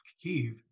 Kiev